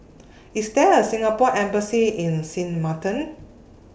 IS There A Singapore Embassy in Sint Maarten